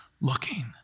looking